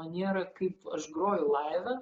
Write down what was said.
maniera kaip aš groju laive